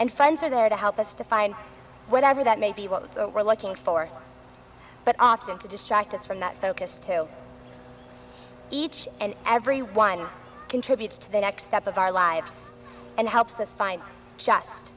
and friends are there to help us to find whatever that may be what we're looking for but often to distract us from that focus to each and everyone contributes to the next step of our lives and helps us find just